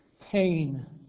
pain